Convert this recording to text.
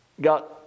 got